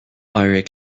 éirigh